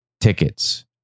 tickets